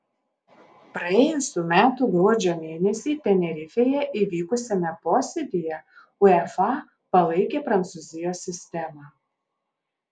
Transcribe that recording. praėjusių metų gruodžio mėnesį tenerifėje įvykusiame posėdyje uefa palaikė prancūzijos sistemą